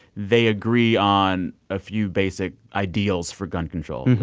they agree on a few basic ideals for gun control.